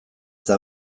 eta